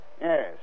Yes